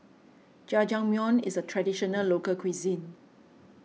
Jajangmyeon is a Traditional Local Cuisine